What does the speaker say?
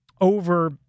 over